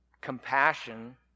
Compassion